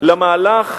למהלך